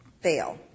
fail